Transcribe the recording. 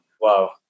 Wow